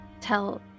tell